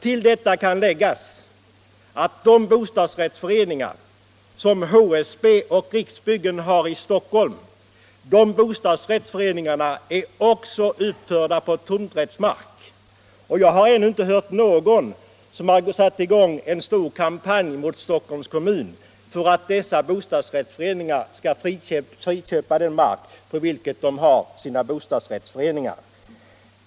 Till detta kan läggas att de fastigheter som ägs av bostadsrättsföreningar i HSB och Riksbyggen i Stockholm också är uppförda på tomträttsmark. Och jag har ännu inte hört någon som satt i gång en stor kampanj mot Stockholms kommun för att dessa bostadsrättsföreningar skall friköpa den mark på vilken de har sina fastigheter.